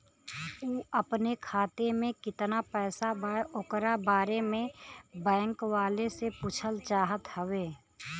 उ अपने खाते में कितना पैसा बा ओकरा बारे में बैंक वालें से पुछल चाहत हवे?